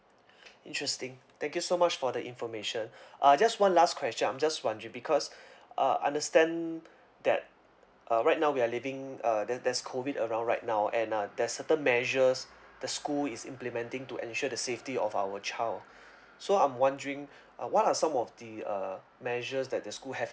interesting thank you so much for the information uh just one last question I'm just wondering because uh understand that uh right now we are living uh there there's COVID around right now and uh there're certain measures the school is implementing to ensure the safety of our child so I'm wondering uh what are some of the uh measures that the school have